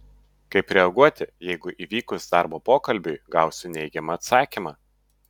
kaip reaguoti jeigu įvykus darbo pokalbiui gausiu neigiamą atsakymą